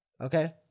Okay